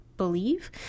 Believe